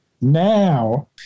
Now